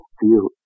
feel